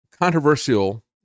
controversial